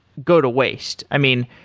go to waste. i mean,